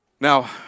Now